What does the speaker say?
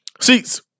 seats